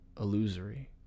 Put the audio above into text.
illusory